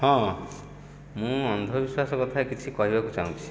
ହଁ ମୁଁ ଅନ୍ଧବିଶ୍ୱାସ କଥା କିଛି କହିବାକୁ ଚାହୁଁଛି